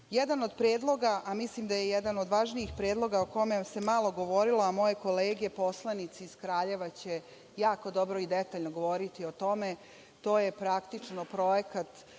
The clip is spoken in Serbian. od predloga, a mislim da je jedan od važnijih predloga o kome se malo govorilo, a moje kolege poslanici iz Kraljeva će jako dobro i detaljno govoriti o tome, to je praktično projekat